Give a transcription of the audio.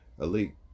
elite